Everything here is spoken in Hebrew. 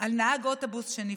על נהג אוטובוס, שנפצע.